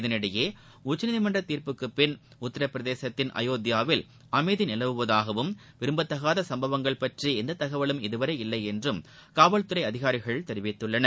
இதற்கிடையே உச்சநீதிமன்ற தீர்ப்புக்கு பின் உத்தரபிரதேசத்தின் அயோத்தியாவில் அமைதி நிலவுவதாகவும் விரும்பத்தகாத சம்பவங்கள் பற்றி எந்தத் தகவலும் இதுவரை இல்லை என்றும் காவல்துறை அதிகாரிகள் தெரிவித்துள்ளனர்